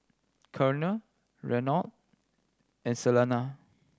Colonel Reynold and Salena